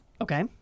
Okay